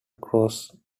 across